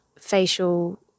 facial